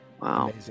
Wow